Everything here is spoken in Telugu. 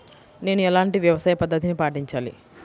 నేను ఎలాంటి వ్యవసాయ పద్ధతిని పాటించాలి?